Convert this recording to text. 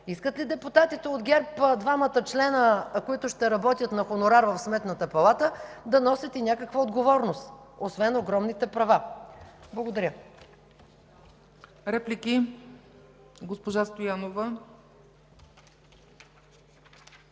искат ли депутатите от ГЕРБ двамата члена, които ще работят на хонорар в Сметната палата да носят и някаква отговорност, освен огромните права. Благодаря.